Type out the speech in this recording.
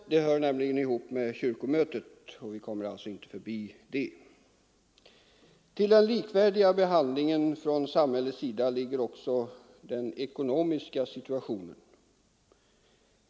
Den hör nämligen ihop med kyrkomötet, och vi kommer inte förbi det. Också behandlingen från samhällets sida i ekonomiskt hänseende bör vara likvärdig.